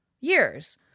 years